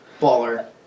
Baller